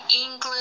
england